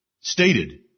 stated